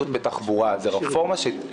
לרפורמה.